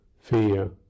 fear